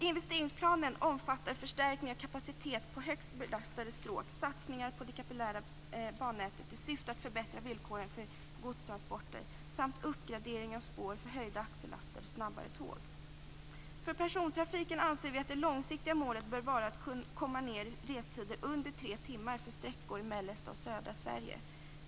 Investeringsplanen omfattar förstärkning av kapacitet på högt belastade stråk, satsningar på det kapillära bannätet i syfte att förbättra villkoren för godstransporter samt uppgradering av spår för höjda axellaster och snabbare tåg. För persontrafiken anser vi att det långsiktiga målet bör vara att komma ned i restider under tre timmar för sträckor i mellersta och södra Sverige.